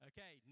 Okay